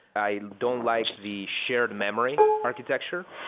i don't like the shared memory architecture.